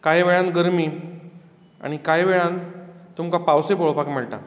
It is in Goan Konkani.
कांय वेळान गर्मी आनी कांय वेळान तुमकां पावसूय पळोवपाक मेळटा